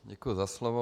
Děkuji za slovo.